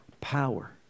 power